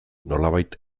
nolabait